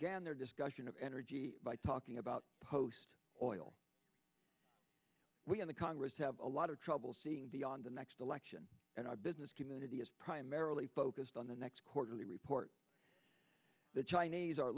their discussion of energy by talking about post oil we in the congress have a lot of trouble seeing beyond the next election and our business community is primarily focused on the next quarterly report the chinese are